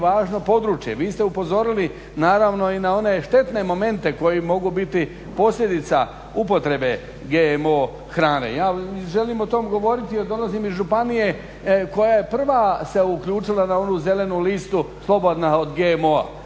važno područje. Vi ste upozorili naravno i na one štetne momente koji mogu biti posljedica upotrebe GMO hrane. Ja želim o tom govoriti jer dolazim iz županije koja je prva se uključila na onu zelenu listu slobodna od GMO-a.